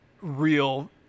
real